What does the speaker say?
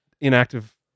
inactive